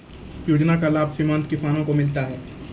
योजना का लाभ सीमांत किसानों को मिलता हैं?